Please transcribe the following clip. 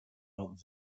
not